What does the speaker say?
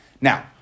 Now